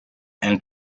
and